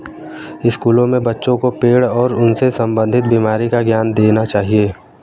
स्कूलों में बच्चों को पेड़ और उनसे संबंधित बीमारी का ज्ञान देना चाहिए